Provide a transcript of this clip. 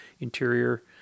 interior